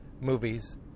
movies